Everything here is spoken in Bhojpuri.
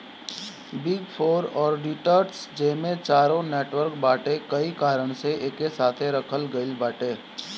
बिग फोर ऑडिटर्स जेमे चारो नेटवर्क बाटे कई कारण से एके साथे रखल गईल बाटे